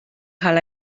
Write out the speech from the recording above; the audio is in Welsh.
cael